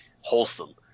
wholesome